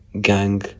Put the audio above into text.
gang